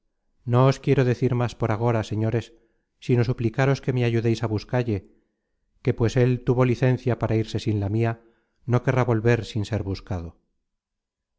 os quiero decir más por agora señores sino suplicaros me ayudeis á buscalle que pues él tuvo licencia para irse sin la mia no querrá volver sin ser buscado